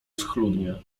schludnie